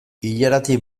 ilaratik